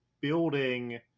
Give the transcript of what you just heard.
building